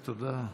תודה.